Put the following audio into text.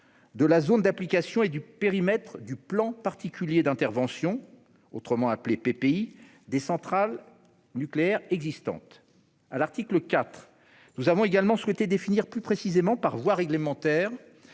de la zone d'application et du périmètre du plan particulier d'intervention, aussi appelé PPI, des centrales nucléaires existantes. À l'article 4, nous avons également souhaité définir plus précisément par voie réglementaire